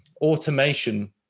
automation